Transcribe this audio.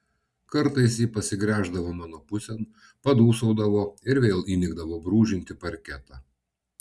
kartais ji pasigręždavo mano pusėn padūsaudavo ir vėl įnikdavo brūžinti parketą